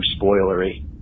spoilery